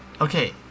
Okay